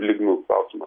lygmių klausimas